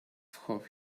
for